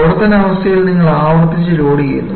പ്രവർത്തന അവസ്ഥയിൽ നിങ്ങൾ ആവർത്തിച്ച് ലോഡുചെയ്യുന്നു